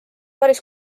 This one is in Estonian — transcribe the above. päris